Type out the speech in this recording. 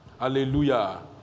Hallelujah